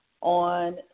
On